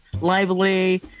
lively